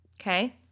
okay